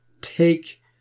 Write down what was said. take